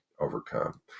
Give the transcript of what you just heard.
overcome